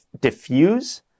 diffuse